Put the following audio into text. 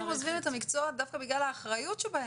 אנשים עוזבים את המקצוע דווקא בגלל האחריות שבהם,